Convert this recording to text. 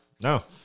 No